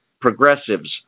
progressives